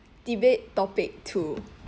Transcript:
debate topic two